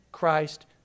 Christ